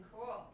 Cool